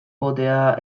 potea